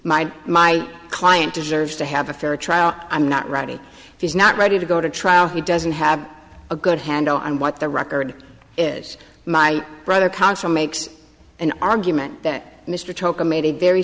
my my client deserves to have a fair trial i'm not ready he's not ready to go to trial he doesn't have a good handle on what the record is my brother counsel makes an argument that mr toca made a very